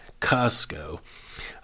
Costco